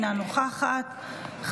אינה נוכחת,